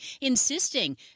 insisting